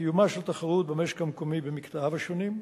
קיומה של תחרות במשק המקומי במקטעיו השונים,